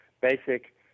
basic